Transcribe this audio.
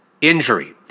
injury